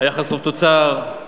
היחס חוב תוצר, הצמיחה,